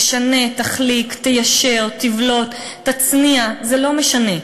תשנה, תחליק, תיישר, תבלוט, תצניע, זה לא משנה.